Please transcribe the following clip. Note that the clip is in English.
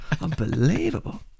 Unbelievable